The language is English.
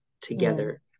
together